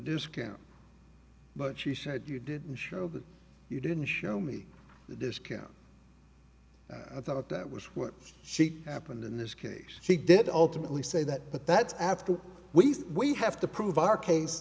discount but she said you didn't show that you didn't show me the discount i thought that was what she happened in this case she did ultimately say that but that's after we said we have to prove our case